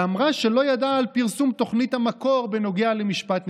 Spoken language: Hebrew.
ואמרה שלא ידעה על פרסום תוכנית המקור בנוגע למשפט נתניהו.